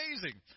Amazing